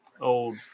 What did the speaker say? old